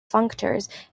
functors